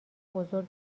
بزرگ